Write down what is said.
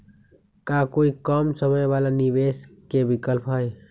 का कोई कम समय वाला निवेस के विकल्प हई?